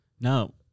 No